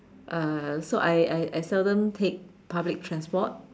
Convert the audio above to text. uh so I I I seldom take public transport